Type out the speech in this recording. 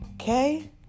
Okay